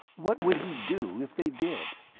what would he do, if they did?